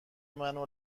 منو